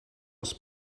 was